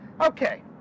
Okay